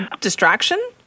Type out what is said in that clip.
distraction